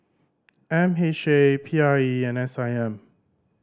M H A P I E and S I M